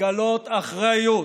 לגלות אחריות,